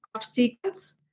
sequence